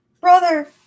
brother